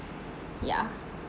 yeah